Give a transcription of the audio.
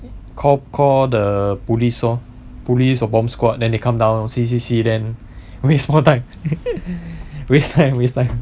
call call the police lor police bomb squad then they come down see see see then waste more time waste time waste time